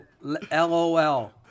LOL